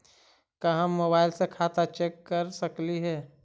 का हम मोबाईल से खाता चेक कर सकली हे?